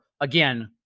again